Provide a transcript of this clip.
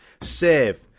Save